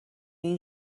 این